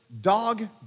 dog